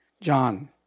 John